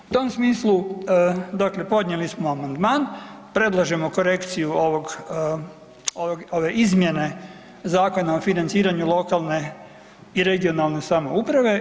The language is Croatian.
U tom smislu podnijeli smo amandman, predlažemo korekciju ove izmjene Zakona o financiranju lokalne i regionalne samouprave.